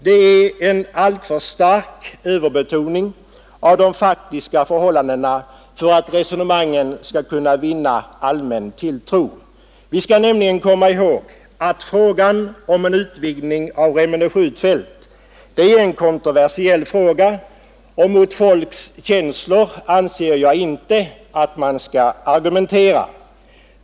Det är en alltför stark överbetoning av de faktiska förhållandena för att resonemangen skall kunna vinna allmän tilltro. Vi skall nämligen komma ihåg att frågan om en utvidgning av Remmene skjutfält är en kontroversiell fråga, och mot folks känslor anser jag inte att man skall argumentera.